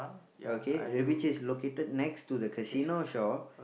okay uh which is located next to the casino shop